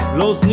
los